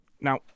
Now